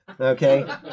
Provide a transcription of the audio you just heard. Okay